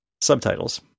subtitles